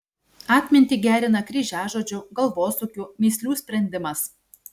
atmintį gerina kryžiažodžių galvosūkių mįslių sprendimas